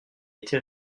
été